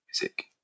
music